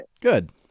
Good